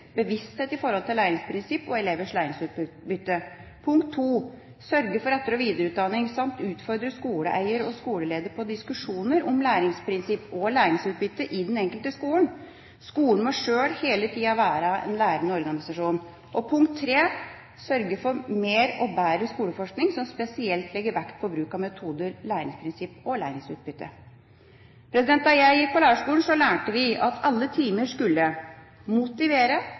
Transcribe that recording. bevissthet i forhold til læringsprinsipp og elevers læringsutbytte. For det andre må vi sørge for etter- og videreutdanning, samt utfordre skoleeier og skoleleder på diskusjoner om læringsprinsipp og læringsutbytte i den enkelte skole. Skolen må sjøl hele tida være en lærende organisasjon. For det tredje må vi sørge for mer og bedre skoleforskning som spesielt legger vekt på bruk av metoder, læringsprinsipp og læringsutbytte. Da jeg gikk på lærerskolen, lærte vi at alle timer skulle motivere,